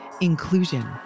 inclusion